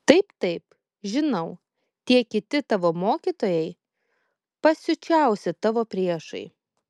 taip taip žinau tie kiti tavo mokytojai pasiučiausi tavo priešai